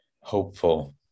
hopeful